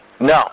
No